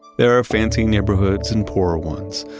there are fancy neighborhoods and poor ones,